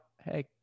Hey